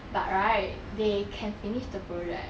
but right they can finish the project